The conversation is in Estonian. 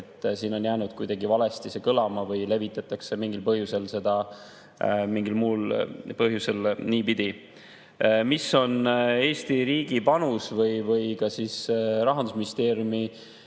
Siin on jäänud kuidagi valesti kõlama või levitatakse seda mingil muul põhjusel niipidi. Mis on Eesti riigi panus või ka Rahandusministeeriumi